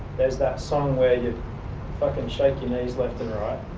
there's that song where you fucking shake your knees, left and right.